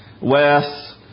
Wes